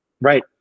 Right